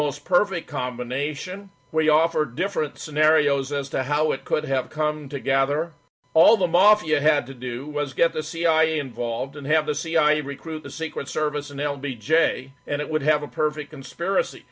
most perfect combination where you offer different scenarios as to how it could have come to gather all the mafia had to do was get the cia involved and have the cia recruit the secret service and l b j and it would have a perfect conspiracy